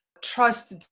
trust